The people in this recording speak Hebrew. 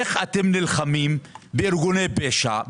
איך אתם נלחמים בארגוני פשע,